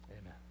Amen